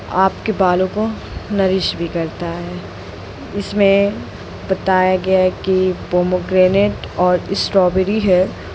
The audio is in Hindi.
आपके बालों को नरिश भी करता है इसमें बताया गया है कि पोमेग्रेनेट और स्टॉबेरी है